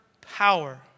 power